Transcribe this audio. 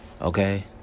Okay